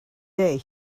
day